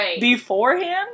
beforehand